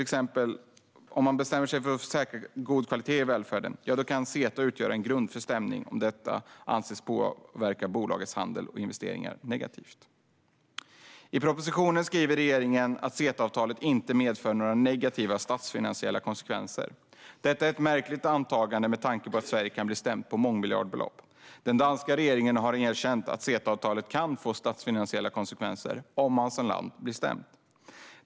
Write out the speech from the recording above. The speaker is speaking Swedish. Om man bestämmer sig för att säkra god kvalitet i välfärden kan CETA utgöra en grund för stämning om detta anses påverka bolagets handel och investeringar negativt. I propositionen skriver regeringen att CETA-avtalet inte medför några negativa statsfinansiella konsekvenser. Detta är ett märkligt antagande med tanke på att Sverige kan bli stämt på mångmiljardbelopp. Den danska regeringen har erkänt att CETA-avtalet kan få statsfinansiella konsekvenser om man blir stämt som land.